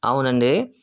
అవునండి